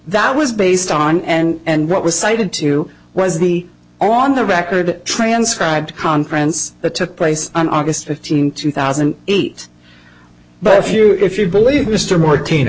that was based on and what was cited to was the on the record transcribed conference that took place on august fifteenth two thousand and eight but if you if you believe mr martin